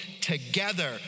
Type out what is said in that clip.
together